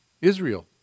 Israel